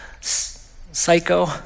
psycho